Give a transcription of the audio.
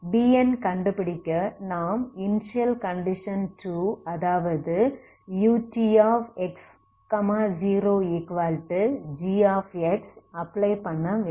Bn கண்டுபிடிக்க நாம் initial condition அதாவது utx0g அப்ளை பண்ண வேண்டும்